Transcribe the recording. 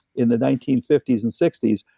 in the nineteen fifty s and sixty s,